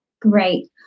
Great